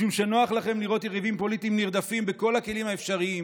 משום שנוח לכם לראות יריבים פוליטיים נרדפים בכל הכלים האפשריים,